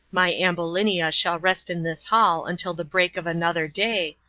my ambulinia shall rest in this hall until the break of another day,